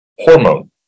hormone